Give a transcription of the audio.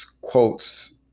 quotes